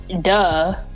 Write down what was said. duh